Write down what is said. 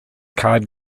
card